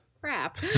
crap